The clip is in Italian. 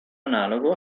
analogo